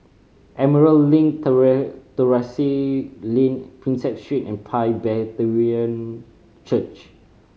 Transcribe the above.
Emerald Link Terrasse Lane Prinsep Street Presbyterian Church